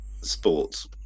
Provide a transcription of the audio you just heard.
sports